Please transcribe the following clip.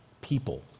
people